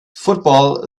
football